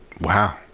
Wow